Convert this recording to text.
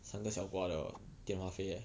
三个个小瓜的电话费 leh